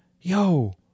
yo